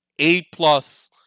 A-plus